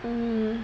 mmhmm